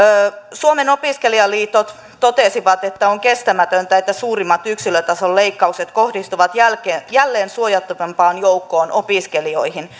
suomen opiskelijaliitot totesivat että on kestämätöntä että suurimmat yksilötason leikkaukset kohdistuvat jälleen suojattomampaan joukkoon opiskelijoihin